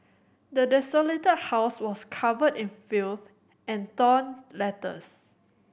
the desolated house was covered in filth and torn letters